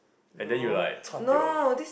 and then you like chua tio